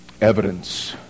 evidence